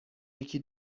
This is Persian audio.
یکی